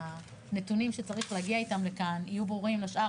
והנתונים שצריך להגיע איתם לכאן יהיו ברורים לשאר,